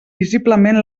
visiblement